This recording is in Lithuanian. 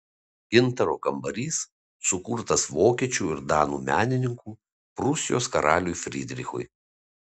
gintaro kambarys sukurtas vokiečių ir danų menininkų prūsijos karaliui frydrichui